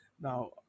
Now